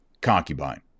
concubine